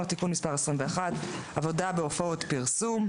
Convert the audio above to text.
(תיקון מס' 21) (עבודה בהופעות פרסום),